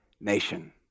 nation